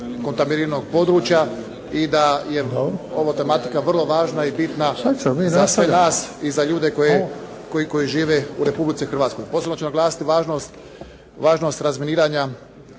kontaminiranog područja i da je ovo tematika vrlo važna i bitna za sve nas i sve ljude koji žive u Republici Hrvatskoj. Posebno ću naglasiti važnost razminiranja